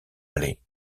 allait